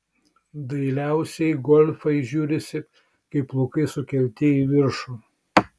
dailiausiai golfai žiūrisi kai plaukai sukelti į viršų